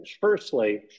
Firstly